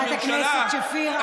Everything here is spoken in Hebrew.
חברת הכנסת שפיר.